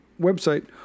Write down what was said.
website